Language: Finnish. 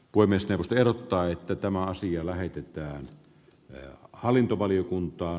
voimistelu tiedottaa että tämä asia lähetetään ja hallintovaliokunta